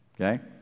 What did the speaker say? Okay